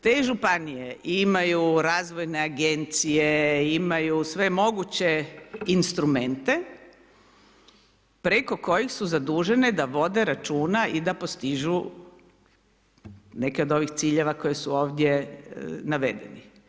Te županije imaju razvojne agencije, imaju sve moguće instrumente, preko kojeg su zadužene da vode računa i da postižu neke od ovih ciljeva koje su ovdje navedeni.